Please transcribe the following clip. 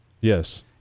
Yes